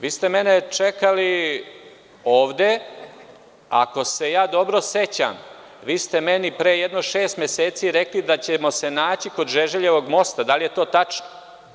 Vi ste mene čekali ovde, a ako se dobro sećam, pre jedno šest meseci ste mi rekli da ćemo se naći kod Žeželjevog mosta, da li je to tačno?